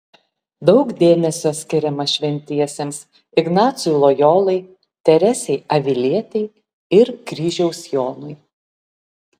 daug dėmesio skiriama šventiesiems ignacui lojolai teresei avilietei ir kryžiaus jonui